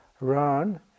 run